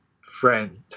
friend